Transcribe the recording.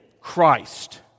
Christ